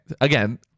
Again